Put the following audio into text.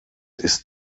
ist